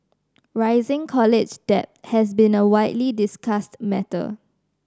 rising college debt has been a widely discussed matter